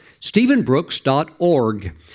stephenbrooks.org